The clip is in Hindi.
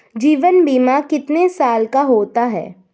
जीवन बीमा कितने साल का होता है?